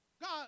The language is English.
God